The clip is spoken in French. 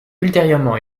ultérieurement